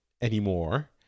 anymore